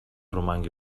romangui